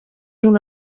una